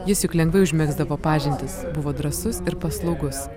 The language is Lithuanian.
jis juk lengvai užmegzdavo pažintis buvo drąsus ir paslaugus